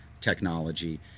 technology